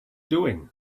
doing